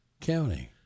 county